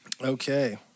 Okay